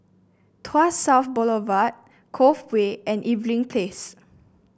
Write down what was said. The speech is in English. Tuas South Boulevard Cove Way and Irving Place